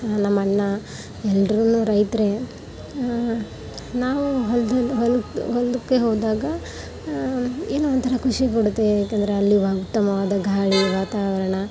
ನಮ್ಮ ಅಣ್ಣ ಎಲ್ಲರೂ ರೈತರೇ ನಾವು ಹೊಲ್ದಲ್ಲಿ ಹೊಲಕ್ಕೆ ಹೊಲ್ದಕ್ಕೆ ಹೋದಾಗ ಏನೋ ಒಂಥರ ಖುಷಿ ಕೊಡುತ್ತೆ ಏಕಂದರೆ ಅಲ್ಲಿಯ ಉತ್ತಮವಾದ ಗಾಳಿ ವಾತಾವರಣ